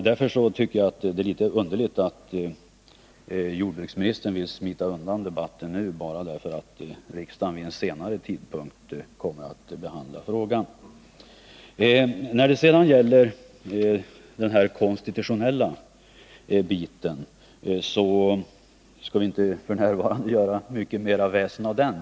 Därför tycker jag att det är litet underligt att jordbruksministern vill smita undan debatten nu bara därför att riksdagen vid en senare tidpunkt kommer att behandla frågorna. När det sedan gäller den konstitutionella delen skall jag inte göra mycket mer väsen av den.